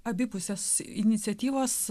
abipusės iniciatyvos